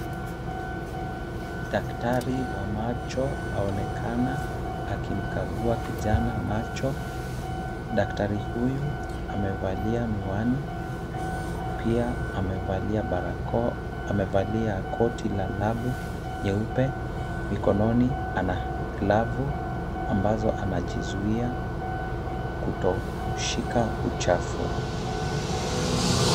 Daktari wa macho aonekana akimkagua kijana macho. Daktari huyu amevalia miwani. Pia amevalia koti la lab nyeupe. Mikononi ana glavu ambazo anajizuia kutoshika uchafu.